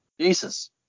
Jesus